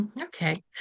Okay